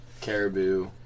caribou